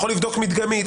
אתה יכול לבדוק מדגמית,